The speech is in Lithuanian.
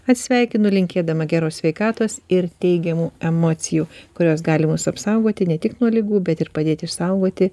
atsisveikinu linkėdama geros sveikatos ir teigiamų emocijų kurios gali mus apsaugoti ne tik nuo ligų bet ir padėti išsaugoti